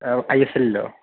I S എല്ലിലോ